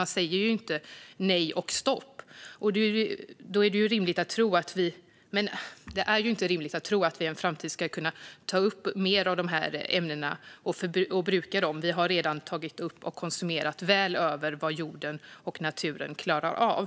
Man säger inte nej och stopp. Det är inte rimligt att tro att vi i en framtid ska kunna ta upp mer av dessa ämnen och bruka dem. Vi har redan tagit upp och konsumerat väl över vad jorden och naturen klarar av.